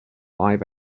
live